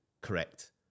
correct